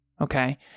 Okay